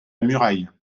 muraille